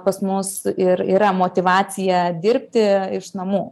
pas mus ir yra motyvacija dirbti iš namų